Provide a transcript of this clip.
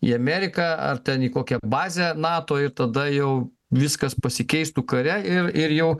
į ameriką ar ten į kokią bazę nato ir tada jau viskas pasikeistų kare ir ir jau